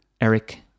Eric